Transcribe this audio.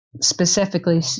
specifically